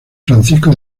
francisco